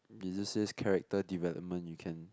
is it says character development you can